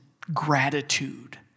gratitude